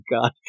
god